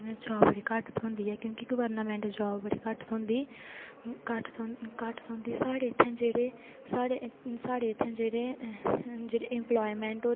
government job बडी घट्ट थोहंदी ऐ क्योकि गवर्नामेंट जाॅव बडी घट्ट थोहंदी घट्ट थ्होंदी साढ़े इत्थै जेहडे़ साढ़े इत्थै जेहडे़ इमपलाएमेंट होऐ ओह् लीडरशिप